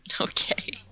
Okay